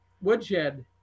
woodshed